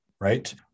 Right